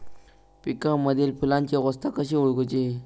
पिकांमदिल फुलांची अवस्था कशी ओळखुची?